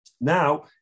Now